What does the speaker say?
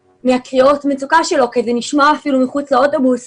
מקריאות המצוקה שלו כי זה נשמע אפילו מחוץ לאוטובוס